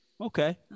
Okay